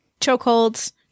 Chokeholds